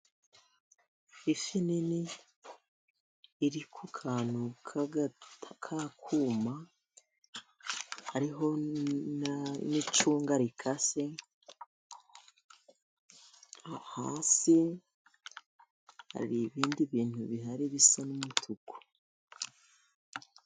Ifi nini iri ku kantu k'akuma hariho n'icunga rikase, hasi hari ibindi bintu bihari bisa n'umutuku.